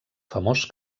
famós